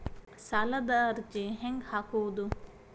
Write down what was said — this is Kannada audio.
ಸಾಲದ ಅರ್ಜಿ ಹೆಂಗ್ ಹಾಕುವುದು?